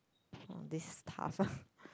discover